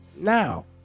now